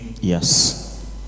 Yes